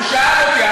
הוא שאל אותי.